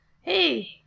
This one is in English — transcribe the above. Hey